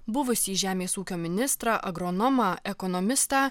buvusį žemės ūkio ministrą agronomą ekonomistą